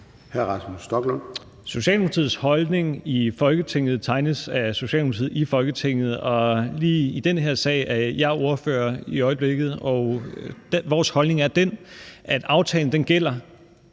Rasmus Stoklund (S): Socialdemokratiets holdning i Folketinget tegnes af Socialdemokratiet i Folketinget, og lige i den her sag er jeg ordfører i øjeblikket. Vores holdning er den, at aftalen gælder